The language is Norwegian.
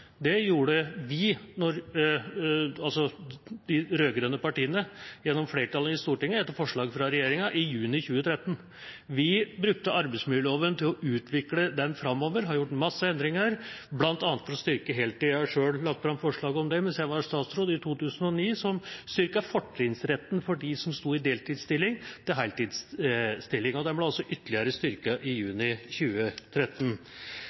Det gjorde vi, de rød-grønne partiene, gjennom flertall i Stortinget, etter forslag fra regjeringa, i juni 2013. Vi brukte arbeidsmiljøloven til å utvikle den framover. Vi har gjort mange endringer, bl.a. for å styrke muligheten til heltid. Jeg la sjøl fram forslag om det da jeg var statsråd i 2009, som styrket fortrinnsretten til heltidsstilling for dem som sto i deltidsstilling. Den ble ytterligere styrket i juni 2013.